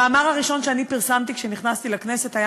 המאמר הראשון שפרסמתי כשנכנסתי לכנסת היה